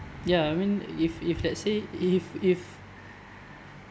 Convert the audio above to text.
ya I mean if if let's say if if